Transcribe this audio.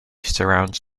surrounds